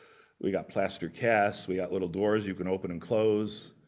we've got plaster casts. we got little doors you can open and close